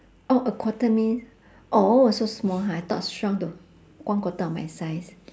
oh a quarter means oh so small ha I thought shrunk to one quarter of my size